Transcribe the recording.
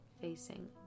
facing